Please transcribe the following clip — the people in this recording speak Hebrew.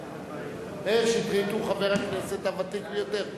מאיר שטרית הוא חבר הכנסת הוותיק ביותר.